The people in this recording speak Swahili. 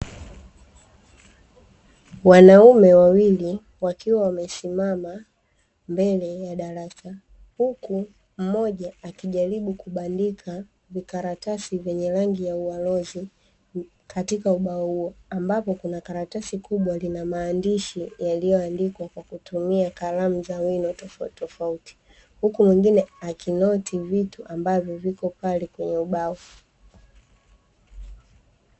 Wanaume wawili wakiwa wamesimama mbele ya darasa huku mmoja akijaribu kubandika vikaratasi vyenye rangi ya ualozi katika ubao ambapo kuna karatasi kubwa lina maandishi yaliyoandikwa kwa kutumia kalamu za wino tofauti tofauti huku mwingine akinoti vitu ambavyo viko pale kwenye ubao